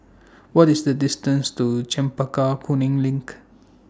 What IS The distance to Chempaka Kuning LINK